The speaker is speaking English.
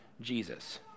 Jesus